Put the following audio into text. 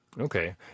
Okay